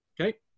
Okay